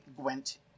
Gwent